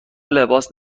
لباس